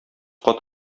кат